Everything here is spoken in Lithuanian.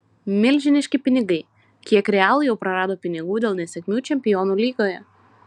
milžiniški pinigai kiek real jau prarado pinigų dėl nesėkmių čempionų lygoje